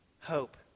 hope